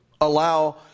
allow